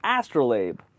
Astrolabe